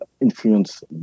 influence